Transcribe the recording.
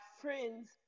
friends